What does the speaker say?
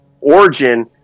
origin